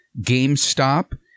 GameStop